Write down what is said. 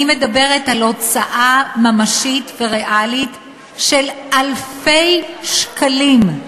אני מדברת על הוצאה ממשית וריאלית של אלפי שקלים,